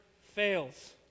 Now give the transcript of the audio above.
fails